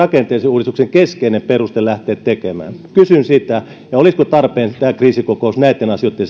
oli keskeinen peruste lähteä tekemään rakenteellista uudistusta kysyn sitä ja olisiko tarpeen pitää kriisikokous näitten asioitten